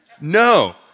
No